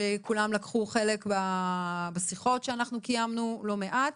שכולם לקחו חלק בשיחות שאנחנו קיימנו לא מעט.